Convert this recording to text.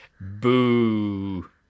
boo